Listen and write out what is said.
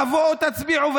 תבואו, תצביעו.